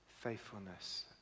faithfulness